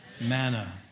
Manna